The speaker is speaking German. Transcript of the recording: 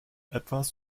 etwas